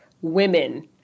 women